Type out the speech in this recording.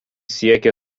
siekia